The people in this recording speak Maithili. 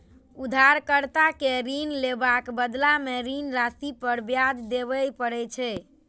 उधारकर्ता कें ऋण लेबाक बदला मे ऋण राशि पर ब्याज देबय पड़ै छै